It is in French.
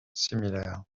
similaire